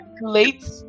late